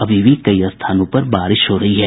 अभी भी कई स्थानों पर बारिश हो रही है